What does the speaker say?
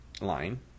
line